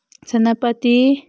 Senapati